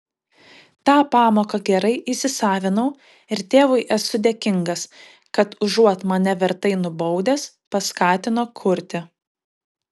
tą pamoką gerai įsisavinau ir tėvui esu dėkingas kad užuot mane vertai nubaudęs paskatino kurti